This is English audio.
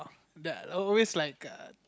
that always like a